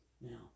Now